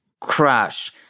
Crash